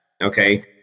Okay